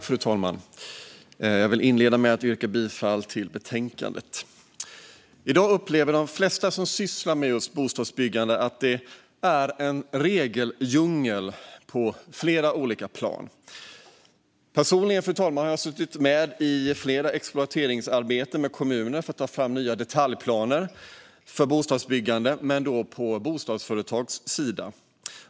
Fru talman! Jag vill inleda med att yrka bifall till förslaget i betänkandet. I dag upplever de flesta som sysslar med bostadsbyggande att det är en regeldjungel på flera olika plan. Personligen har jag suttit med i flera exploateringsarbeten med kommuner för att ta fram nya detaljplaner för bostadsbyggande men då på bostadsföretagens sida.